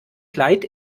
kleid